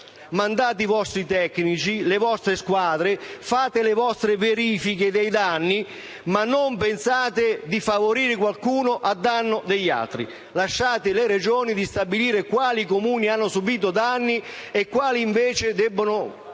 Mandate i vostri tecnici, le vostre squadre, fate le vostre verifiche dei danni, ma non pensate di favorire qualcuno a danno degli altri. Lasciate alle Regioni di stabilire quali Comuni hanno subito danni e quali invece debbono